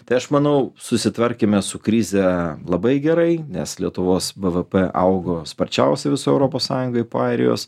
tai aš manau susitvarkėme su krize labai gerai nes lietuvos bvp augo sparčiausiai visoj europos sąjungoj po airijos